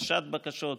הגשת בקשות,